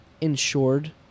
insured